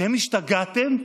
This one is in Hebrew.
אתם השתגעתם?